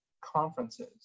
conferences